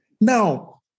Now